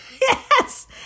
Yes